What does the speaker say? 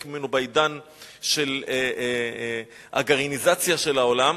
ממנו בעידן של הגרעיניזציה של העולם,